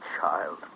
child